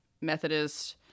Methodist